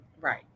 Right